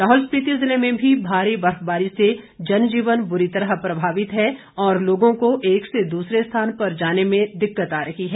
लाहौल स्पिति ज़िले में भी भारी बर्फबारी से जनजीवन बुरी तरह प्रभावित है और लोगों को एक से दूसरे स्थान पर जाने में दिक्कत आ रही है